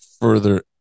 further